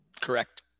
Correct